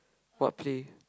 what play